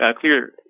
clear